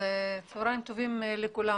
צהריים טובים לכולם.